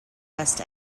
west